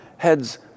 heads